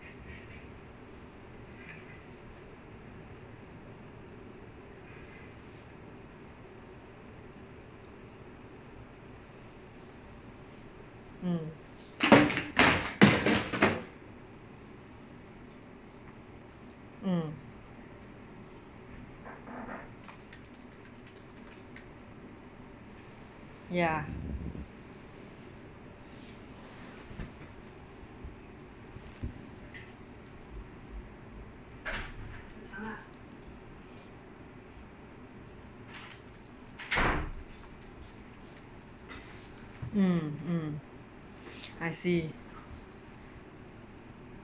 mm mm ya mm mm I see